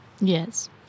Yes